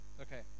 okay